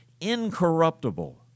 incorruptible